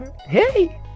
Hey